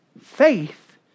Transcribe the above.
Faith